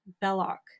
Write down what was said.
Belloc